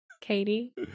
katie